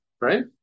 right